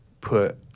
put